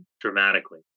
dramatically